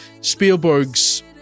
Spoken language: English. Spielberg's